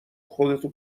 خودتو